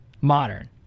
Modern